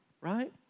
Right